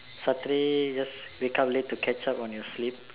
Saturday just wake up late to catch up on your sleep